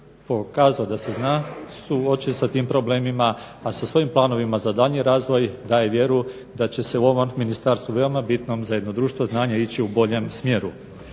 pokazao da se zna suočiti sa tim problemima, a sa svojim planovima za daljnji razvoj daje vjeru da će se u ovom ministarstvu veoma bitnom za jedno društvo znanja ići u boljem smjeru.